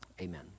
Amen